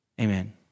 amen